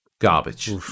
Garbage